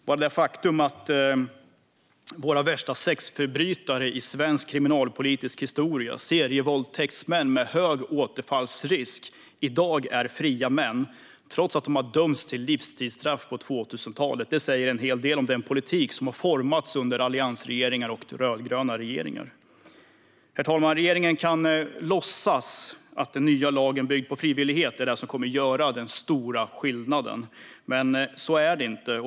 Bara det faktum att de värsta sexförbrytarna i svensk kriminalpolitisk historia, serievåldtäktsmän med hög återfallsrisk, i dag är fria män trots att de dömts till livstidsstraff på 2000-talet säger en hel del om den politik som formats under såväl alliansregeringar som rödgröna regeringar. Herr talman! Regeringen kan låtsas att den nya lagen, byggd på frivillighet, är vad som kommer att göra den stora skillnaden, men så blir det inte.